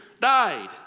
died